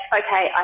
okay